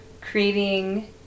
creating